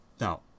Now